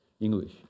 English